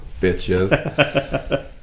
bitches